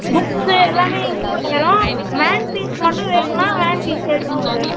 books எல்லாமே included தான் van fees மட்டும் வேணுன்னா வேன் ஃபீஸ் சேர்த்துக்கணும் சார்